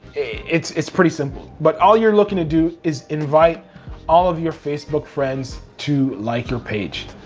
it's it's pretty simple. but all you're looking to do is invite all of your facebook friends to like your page,